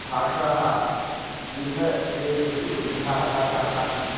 भाषाः विविधप्रदेशेषु विविधाः भाषाः भाषन्ते